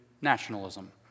nationalism